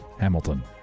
Hamilton